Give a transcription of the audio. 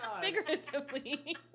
figuratively